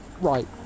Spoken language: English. right